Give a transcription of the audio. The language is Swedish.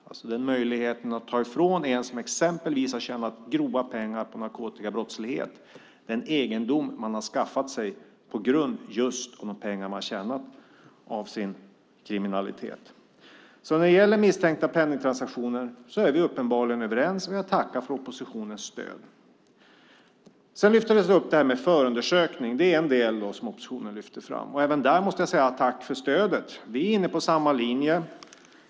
Det handlar om möjligheten att ta ifrån den som exempelvis har tjänat grova pengar på narkotikabrottslighet den egendom man har skaffat sig med hjälp av de pengar man har tjänat på sin kriminalitet. Vi är uppenbarligen överens när det gäller misstänkta penningtransaktioner. Jag tackar för oppositionens stöd. Sedan lyfter oppositionen fram detta med förundersökning. Även där måste jag säga: Tack för stödet! Vi är inne på samma linje.